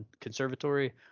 conservatory